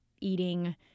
eating